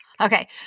Okay